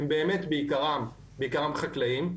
הם באמת בעיקרן חקלאיים.